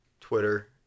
Twitter